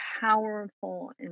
powerful